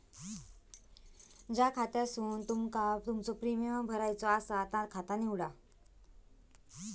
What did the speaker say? ज्या खात्यासून तुमका तुमचो प्रीमियम भरायचो आसा ता खाता निवडा